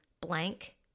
blank